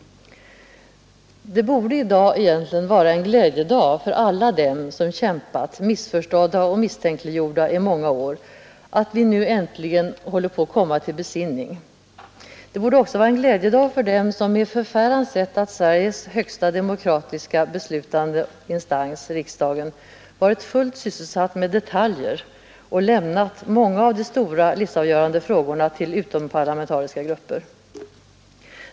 Det borde i dag egentligen vara en glädjedag för alla dem som kämpat missförstådda och misstänkliggjorda i många år, att vi nu äntligen håller på att komma till besinning. Det borde också vara en glädjedag för dem som med förfäran sett att Sveriges högsta demokratiska beslutande instans, riksdagen, varit fullt sysselsatt med detaljer och lämnat många av de stora, livsavgörande frågorna till utomparlamentariska grupper.